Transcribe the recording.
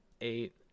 eight